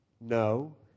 no